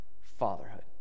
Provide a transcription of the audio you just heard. fatherhood